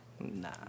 Nah